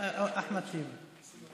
אחמד טיבי.